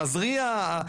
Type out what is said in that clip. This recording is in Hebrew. המזריע,